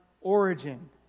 origin